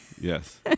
Yes